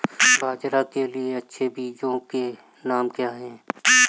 बाजरा के लिए अच्छे बीजों के नाम क्या हैं?